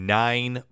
nine